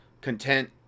content